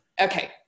Okay